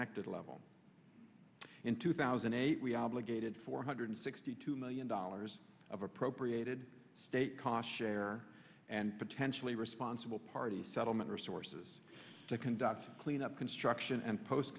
cted level in two thousand and eight we obligated four hundred sixty two million dollars of appropriated state ca share and potentially responsible parties settlement resources to conduct cleanup construction and post